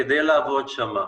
כדי לעבוד שם.